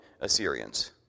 Assyrians